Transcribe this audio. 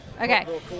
Okay